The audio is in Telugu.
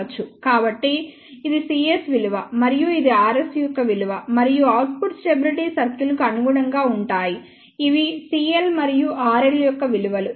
కాబట్టి ఇది cs విలువ మరియు ఇది rs యొక్క విలువ మరియు అవుట్పుట్ స్టెబిలిటీ సర్కిల్కు అనుగుణంగా ఉంటాయి ఇవి cl మరియు rl యొక్క విలువలు